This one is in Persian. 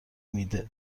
میده